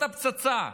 וזאת הפצצה.